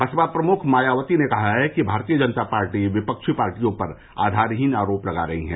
बसपा प्रमुख मायावती ने कहा कि भारतीय जनता पार्टी विपक्षी पार्टियों पर आधारहीन आरोप लगा रही है